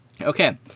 Okay